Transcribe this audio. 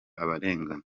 abarengana